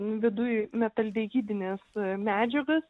viduj metaldehidines medžiagas